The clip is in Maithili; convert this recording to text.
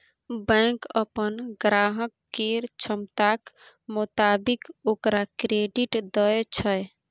बैंक अप्पन ग्राहक केर क्षमताक मोताबिक ओकरा क्रेडिट दय छै